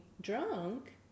drunk